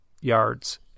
yards